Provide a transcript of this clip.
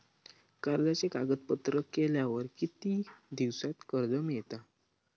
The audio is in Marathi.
कर्जाचे कागदपत्र केल्यावर किती दिवसात कर्ज मिळता?